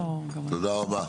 תודה רבה.